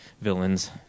Villains